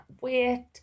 wait